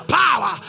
power